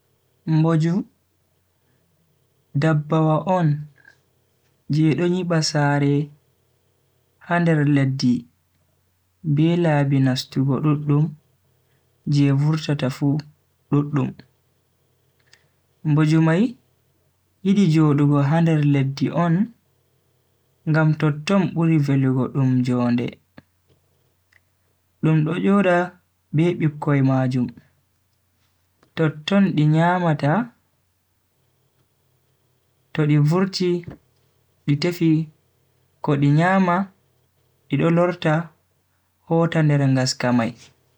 Mboju dabbawa on je do nyiiba saare ha nder leddi be laabi nastugo duddum je vurtugo fu duddum. Mboju mai yidi jodugo ha nder leddi on ngam totton buri velugo dum jonde. Dum do joda be bikkoi majum, totton di nyamata to di vurti di tefi ko di nyama di do lorta hota nder ngaska mai.